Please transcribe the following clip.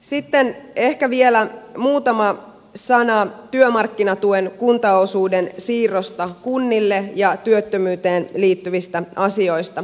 sitten ehkä vielä muutama sana työmarkkinatuen kuntaosuuden siirrosta kunnille ja työttömyyteen liittyvistä asioista